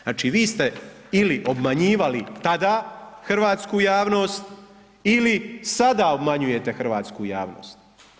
Znači, vi ste ili obmanjivala tada hrvatsku javnost ili sada obmanjujete hrvatsku javnost.